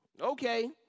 Okay